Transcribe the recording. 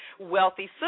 Wealthy